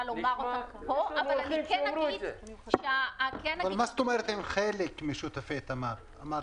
לומר אותם פה אבל כן אגיד--- מה זאת אומרת "עם חלק משותפות תמר"?